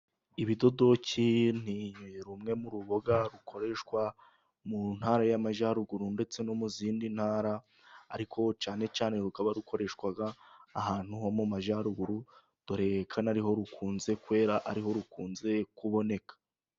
Ibidodoki ni rumwe mu mboga rukoreshwa mu Ntara y'Amajyaruguru ndetse no mu zindi ntara. Ariko cyane cyane rukaba rukoreshwa mu majyaruguru dore ko anariho rukunze kwera ariho rukunze kuboneka.